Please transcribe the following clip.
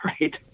Right